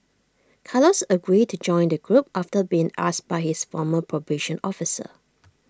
Carlos agreed to join the group after being asked by his former probation officer